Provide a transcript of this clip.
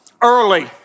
Early